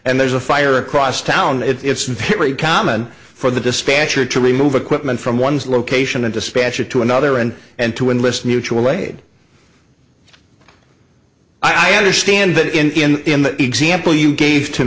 and there's a fire across town it's very common for the dispatcher to remove equipment from one's location a dispatcher to another and and to enlist mutual aid i understand that in the example you gave to